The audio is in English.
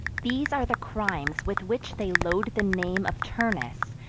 these are the crimes with which they load the name of turnus,